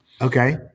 Okay